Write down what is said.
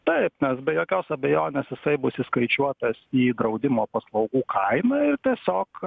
taip nes be jokios abejonės jisai bus įskaičiuotas į draudimo paslaugų kainą ir tiesiog